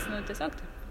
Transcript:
nu tiesiog taip